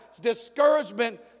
discouragement